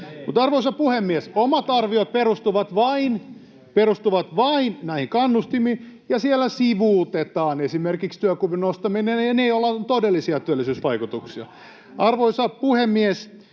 arvoisa puhemies, omat arviot perustuvat vain näihin kannustimiin, ja siellä sivuutetaan esimerkiksi työkyvyn nostaminen ja ne, joilla on todellisia työllisyysvaikutuksia. Arvoisa puhemies!